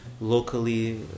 locally